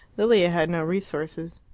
lilia had no resources.